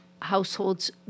households